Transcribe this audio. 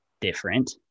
different